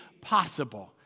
possible